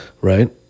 right